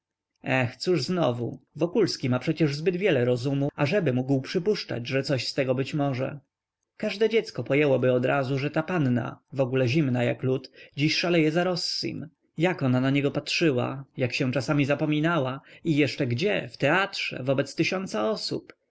cóż znowu wokulski ma przecież zbyt wiele rozumu ażeby mógł przypuszczać że coś z tego być może każde dziecko pojęłoby odrazu że ta panna wogóle zimna jak lód dziś szaleje za rossim jak ona na niego patrzyła jak się nawet czasami zapominała i jeszcze gdzie w teatrze wobec tysiąca osób